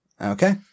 Okay